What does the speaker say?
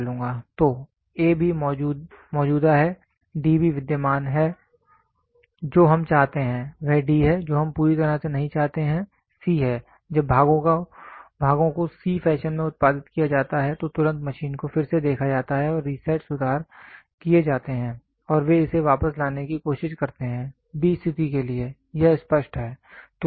तो a भी मौजूदा है d भी विद्यमान है जो हम चाहते हैं वह d है जो हम पूरी तरह से नहीं चाहते हैं c है जब भागों को c फैशन में उत्पादित किया जाता है तो तुरंत मशीन को फिर से देखा जाता है रीसेट सुधार किए जाते हैं और वे इसे वापस लाने की कोशिश करते हैं b स्थिति के लिए यह स्पष्ट है